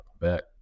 back